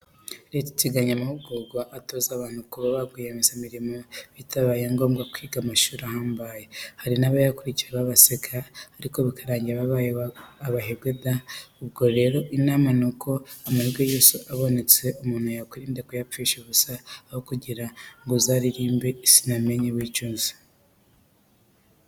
Leta iteganya amahugurwa atoza abantu kuba ba rwiyemezamirimo, bitabaye ngombwa kwiga amashuri ahambaye, hari abayakurikira babaseka ariko bikarangira babaye abaherwe da! Ubwo rero inama ni uko amahirwe yose abonetse umuntu yakwirinda kuyapfusha ubusa aho kugira ngo azaririmbe sinamenye yicuza.